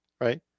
right